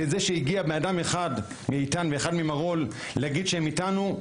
זה שהגיע בן אדם אחד מאית"ן ואחד ממרעול להגיד שהם איתנו,